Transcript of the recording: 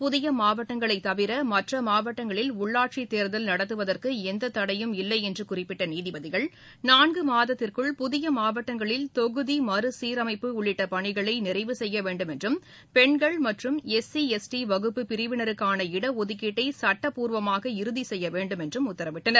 புதிய மாவட்டங்களை தவிர மற்ற மாவட்டங்களில் உள்ளாட்சித் தேர்தல் நடத்துவதற்கு எந்த தடையும் இல்லையென்று குறிப்பிட்ட நீதிபதிகள் நான்கு மாதத்திற்குள் புதிய மாவட்டங்களில் தொகுதி மறு சீரமைப்பு உள்ளிட்ட பணிகளை நிறைவு செய்ய வேண்டும் என்றும் பெண்கள் மற்றும் எஸ்சி எஸ்டி வகுப்பு பிரிவினருக்கான இடஒதுக்கீட்டை சட்டப்பூர்வமாக இறுதி செய்ய வேண்டும் என்றும் உத்தரவிட்டனர்